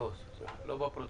לא, לא בפרוטוקול